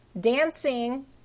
dancing